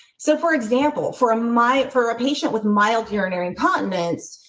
so, for example, for my for a patient with mild urinary incontinence,